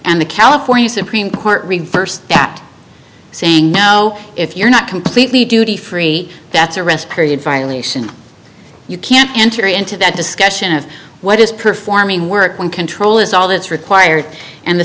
and the california supreme court reversed that saying no if you're not completely duty free that's a rest period violation you can't enter into that discussion of what is performing work when control is all that's required and the